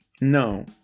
No